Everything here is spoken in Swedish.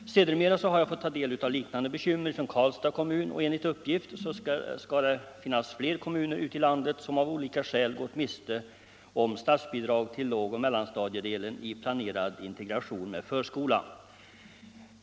Sedermera har jag fått ta del av liknande bekymmer från Karlstads kommun och enligt uppgift skall det finnas fler kommuner ute i landet som av olika skäl gått miste om statsbidrag till lågoch mellanstadiedelen i planerad integration med förskola.